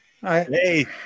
Hey